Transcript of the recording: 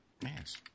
Yes